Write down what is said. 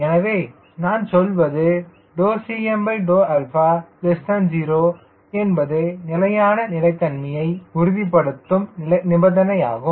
எனவே நான் சொல்வதுCm0 என்பது நிலையான நிலைத்தன்மையை உறுதிப்படுத்தும் நிபந்தனையாகும்